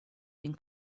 den